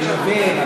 אני מבין,